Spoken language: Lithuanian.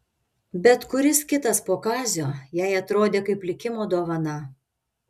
bet kuris kitas po kazio jai atrodė kaip likimo dovana